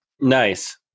Nice